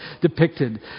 depicted